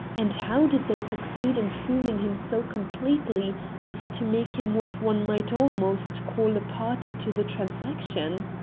and how did they succeed in fooling him so completely as to make him what one might almost call a party to the transaction?